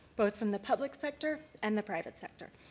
both from the public sector, and the private sector.